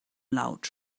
laut